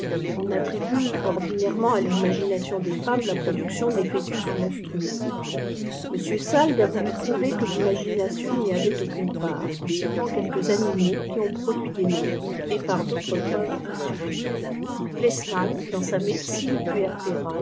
on attribue ordinaii nent à ri imagination des femoiès la fônk duction des fœtus monstrueux m salgues a voulu prouver que l'imagination n'y avait jaueunle parti en citant ffuelquës tnâmilix iitt to ruduit des monstras ci par d'autres preuves iabuffi santés plessman dans sa médecine